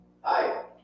Hi